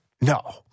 No